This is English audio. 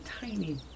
tiny